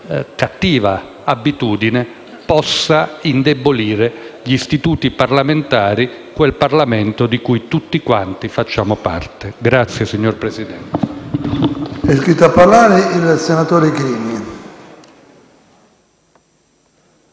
cattiva abitudine possa indebolire gli istituti parlamentari, quel Parlamento di cui tutti quanti facciamo parte. *(Applausi dal